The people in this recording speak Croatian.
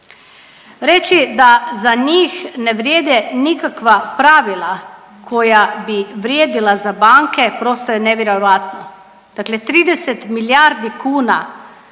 Reći da za njih ne vrijede nikakva pravila koja bi vrijedila za banke, prosto je nevjerovatno. Dakle 30 milijardi kuna